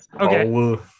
okay